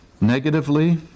Negatively